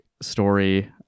story